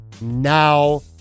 now